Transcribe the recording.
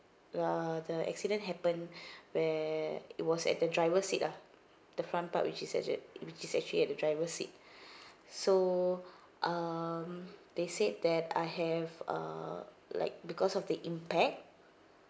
ah the accident happened where it was at the driver seat lah the front part which is actua~ which is actually at the driver seat so um they said that I have uh like because of the impact